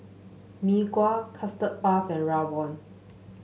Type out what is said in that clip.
Mee Kuah Custard Puff and rawon